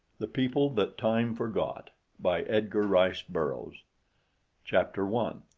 the people that time forgot by edgar rice burroughs chapter one